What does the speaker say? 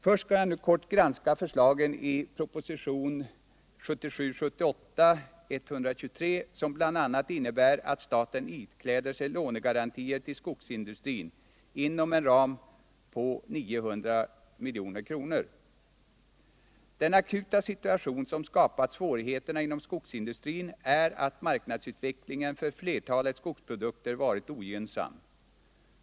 Först skall jag nu kort granska förslagen i propositionen 1977/78:123 som bl.a. innebär att staten ikläder sig lånegarantier till skogsindustrin inom en ram på 900 milj.kr. Den akuta situation som skapat svårigheterna inom skogsindustrin är att marknadsutvecklingen för flertalet skogsprodukter varit ogynnsam.